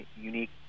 unique